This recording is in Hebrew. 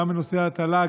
גם בנושא ההטלה,